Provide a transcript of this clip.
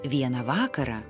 vieną vakarą